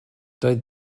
doedd